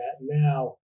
now